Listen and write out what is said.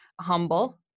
humble